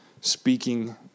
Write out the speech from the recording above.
speaking